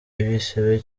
ibisebe